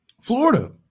Florida